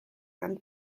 and